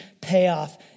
payoff